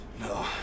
No